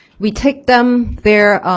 we take them there,